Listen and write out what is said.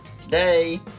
Today